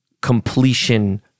completion